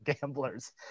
gamblers